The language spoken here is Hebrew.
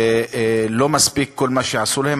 ולא מספיק כל מה שעשו להם,